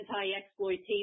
anti-exploitation